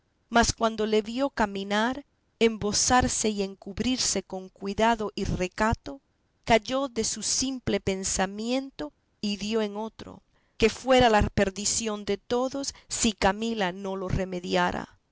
mas cuando le vio caminar embozarse y encubrirse con cuidado y recato cayó de su simple pensamiento y dio en otro que fuera la perdición de todos si camila no lo remediara